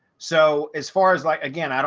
so as far as like, again, and